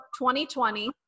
2020